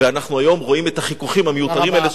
ואנחנו היום רואים את החיכוכים המיותרים האלה,